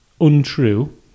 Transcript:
untrue